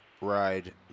ride